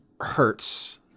hurts